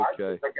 Okay